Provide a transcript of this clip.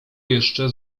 jeszcze